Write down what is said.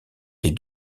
des